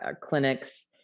clinics